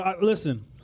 Listen